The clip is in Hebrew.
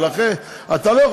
ולכן, דוד,